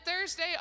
Thursday